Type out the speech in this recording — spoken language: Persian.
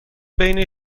بین